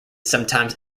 sometimes